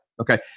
Okay